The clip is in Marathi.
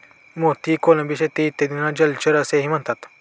मोती, कोळंबी शेती इत्यादींना जलचर असेही म्हणतात